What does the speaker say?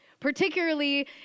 particularly